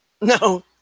No